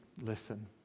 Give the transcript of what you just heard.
listen